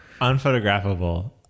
Unphotographable